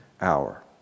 hour